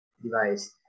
device